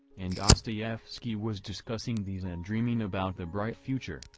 and dostoyevsky was discussing these and dreaming about the bright future,